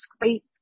great